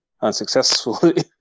unsuccessfully